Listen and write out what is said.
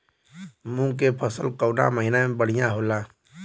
मुँग के फसल कउना महिना में बढ़ियां होला?